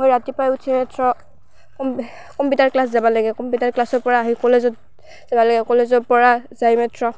মই ৰাতিপুৱাই উঠিয়ে মাত্ৰ কম কম্পিউটাৰ ক্লাছ যাব লাগে কম্পিটাৰ ক্লাছৰ পৰা আহি কলেজত যাব লাগে কলেজৰ পৰা যায় মাত্ৰ